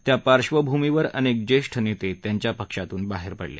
त्या पार्श्वभूमीवर अनेक ज्येष्ठ नेते त्यांच्या पक्षातून बाहेर पडले